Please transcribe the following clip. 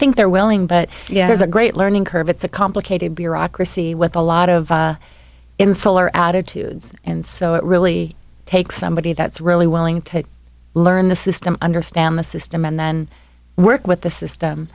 think they're willing but yeah there's a great learning curve it's a complicated bureaucracy with a lot of insular attitudes and so it really takes somebody that's really willing to learn the system understand the system and then work with the system